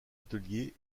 atelier